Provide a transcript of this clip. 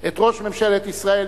את ראש ממשלת ישראל,